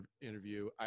interview